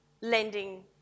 lending